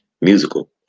musical